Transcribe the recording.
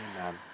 Amen